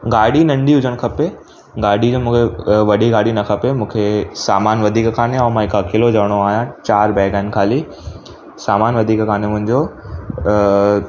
गाॾी नंढी हुजणु खपे गाॾी न मूंखे वॾी गाॾी न खपे मूंखे सामान वधीक कोन्हे ऐं मां हिकु अकेलो ॼणो आहियां चारि बैग आहिनि ख़ाली सामान वधीक कोन्हे मुंहिंजो